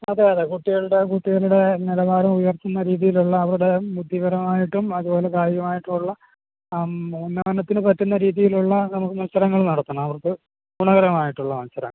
അതെയതെ കുട്ടികളുടെ കുട്ടികളുടെ നിലവാരം ഉയർത്തുന്ന രീതിയിലുള്ള അവരെ ബുദ്ധിപരമായിട്ടും അതുപോലെ കായികമായിട്ടുമുള്ള ഉന്നമനത്തിന് പറ്റുന്ന രീതിയിലുള്ള മത്സരങ്ങൾ നടത്തണം അവർക്ക് ഗുണപരമായിട്ടുള്ള മത്സരങ്ങൾ